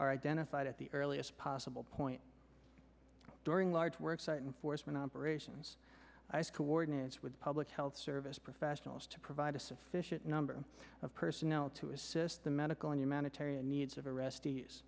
are identified at the earliest possible point during large work site enforcement operations ice coordinates with public health service professionals to provide a sufficient number of personnel to assist the medical and humanitarian needs of